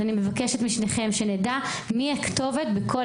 אני מבקשת משניכם שנדע מי הכתובת בכל